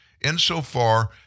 insofar